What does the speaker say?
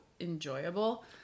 enjoyable